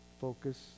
Focus